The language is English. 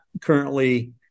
currently